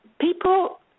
People